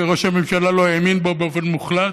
שראש הממשלה לא האמין בו באופן מוחלט,